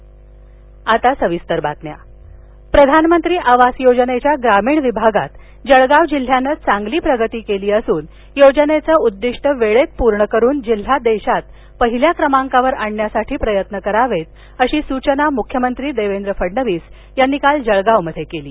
मख्यमंत्री जळगाव प्रधानमंत्री आवास योजनेच्या ग्रामीण विभागात जळगाव जिल्ह्यानं चांगली प्रगती केली असून योजनेचं उद्दिष्ट वेळेत पूर्ण करून जिल्हा देशात पहिल्या क्रमांकावर आणण्यासाठी प्रयत्न करावेत अशी सूचना मुख्यमंत्री देवेंद्र फडणवीस यांनी काल जळगावमध्ये केली